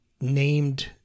named